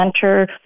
center